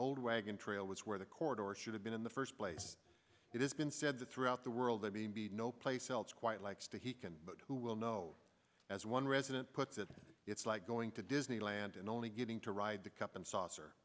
old wagon trail was where the court or should have been in the first place it is been said that throughout the world i mean be no place else quite likes to he can but who will know as one resident puts it it's like going to disneyland and only getting to ride the cup and saucer